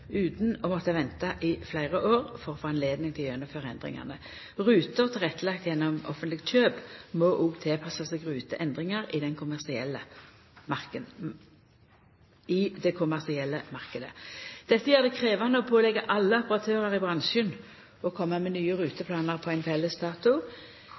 utan å måtta venta i fleire år for å få høve til å gjennomføra endringane. Ruter tilrettelagde gjennom offentlege kjøp må òg tilpassa seg ruteendringar i den kommersielle marknaden. Dette gjer det krevjande å påleggja alle operatørar i bransjen å koma med nye